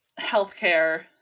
healthcare